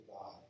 God